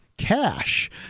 Cash